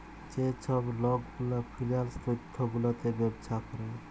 যে ছব লক গুলা ফিল্যাল্স তথ্য গুলাতে ব্যবছা ক্যরে